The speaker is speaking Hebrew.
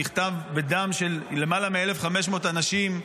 הוא נכתב בדם של למעלה מ-1,500 אנשים.